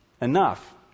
enough